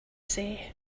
say